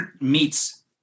meets